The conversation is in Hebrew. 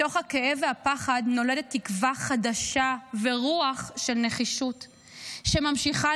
מתוך הכאב והפחד נולדות תקווה חדשה ורוח של נחישות שממשיכה